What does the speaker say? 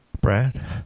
Brad